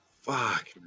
Fuck